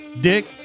Dick